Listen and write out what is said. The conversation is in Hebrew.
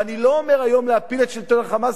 אני לא אומר היום להפיל את שלטון ה"חמאס"